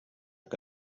que